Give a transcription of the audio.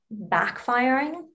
backfiring